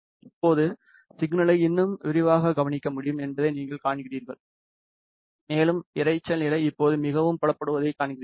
இப்போது சிக்னலை இன்னும் விரிவாகக் கவனிக்க முடியும் என்பதை நீங்கள் காண்கிறீர்கள் மேலும் இரைச்சல் நிலை இப்போது மிகவும் புலப்படுவதைக் காண்கிறீர்கள்